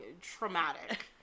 traumatic